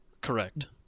Correct